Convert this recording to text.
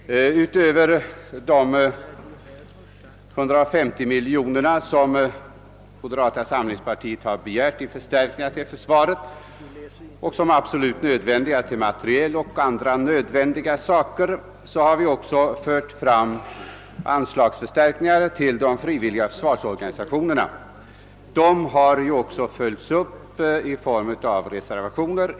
Herr talman! Utöver de 150 miljoner kronor som moderata samlingspartiet begärt i förstärkningar till försvaret för anskaffning av materiel och för täckande av andra nödvändiga utgifter har vi också fört fram krav på anslagsförstärkningar till de frivilliga försvarsorganisationerna. Dessa krav har också följts upp i form av reservationer.